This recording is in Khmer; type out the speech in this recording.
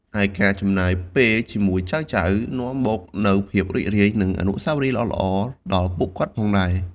ឯការចំណាយពេលជាមួយចៅៗនាំមកនូវភាពរីករាយ និងអនុស្សាវរីយ៍ល្អៗដល់ពួកគាត់ផងដែរ។